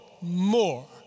more